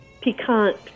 piquant